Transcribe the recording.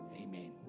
Amen